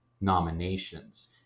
nominations